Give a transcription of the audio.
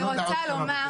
מה שאני רוצה לומר,